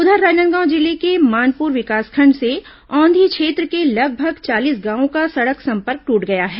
उधर राजनांदगांव जिले के मानपुर विकासखंड से औंधी क्षेत्र के लगभग चालीस गांवों का सड़क संपर्क ट्रट गया है